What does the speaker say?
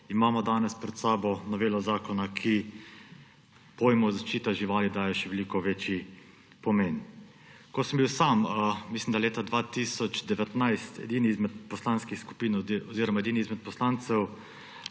imamo danes pred sabo novelo zakona, ki pojmu zaščita živali daje še veliko večji pomen. Ko sem bil sam, mislim da, leta 2019 edini izmed poslancev prisoten na medresorski